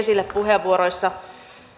esille puheenvuoroissa